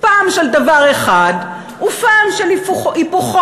פעם של דבר אחד ופעם של היפוכו.